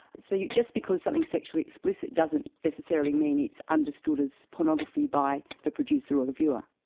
so just because something's sexually explicit doesn't necessarily mean it's understood as pornography by the producer or the viewer.